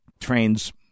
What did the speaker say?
trains